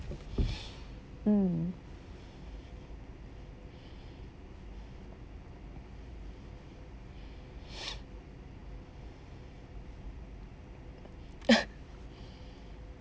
mm